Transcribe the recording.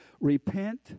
Repent